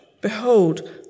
Behold